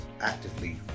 actively